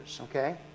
okay